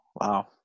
Wow